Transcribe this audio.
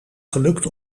gelukt